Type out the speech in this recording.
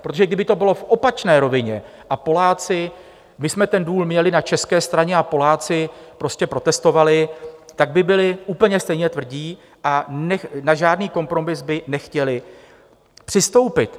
Protože kdyby to bylo v opačné rovině, my jsme ten důl měli na české straně a Poláci prostě protestovali, tak by byli úplně stejně tvrdí a na žádný kompromis by nechtěli přistoupit.